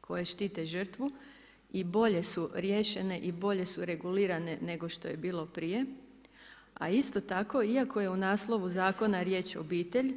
koje štite žrtvu i bolje su riješene i bolje su regulirane nego što je bilo prije, a isto tako iako je u naslovu zakona riječ obitelj.